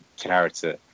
character